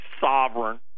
sovereign